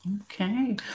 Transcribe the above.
Okay